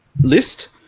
list